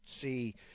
see